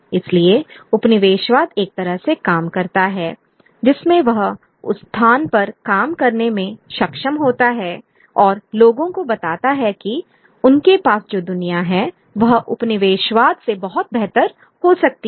इसलिए उपनिवेशवाद एक तरह से काम करता है जिसमें वह उस स्थान पर काम करने में सक्षम होता है और लोगों को बताता है कि उनके पास जो दुनिया है वह उपनिवेशवाद से बहुत बेहतर हो सकती है